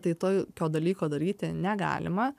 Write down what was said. tai toj kio dalyko daryti negalima